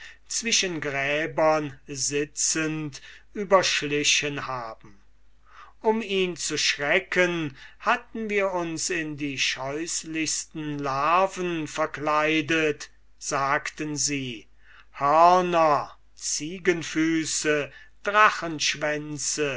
zwischen gräbern sitzend überschlichen haben um ihn zu schrecken hatten wir uns in die scheußlichsten larven verkleidet sagten sie hörner ziegenfüße